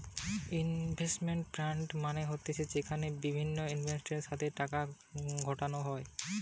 investment fund মানে হতিছে যেখানে বিভিন্ন ইনভেস্টরদের সাথে টাকা খাটানো হয়